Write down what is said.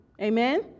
Amen